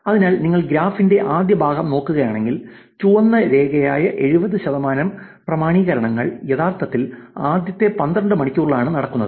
അതിനാൽ നിങ്ങൾ ഗ്രാഫിന്റെ ആദ്യ ഭാഗം നോക്കുകയാണെങ്കിൽ ചുവന്ന രേഖയായ 70 ശതമാനം പ്രാമാണീകരണങ്ങൾ യഥാർത്ഥത്തിൽ ആദ്യത്തെ 12 മണിക്കൂറിലാണ് നടക്കുന്നത്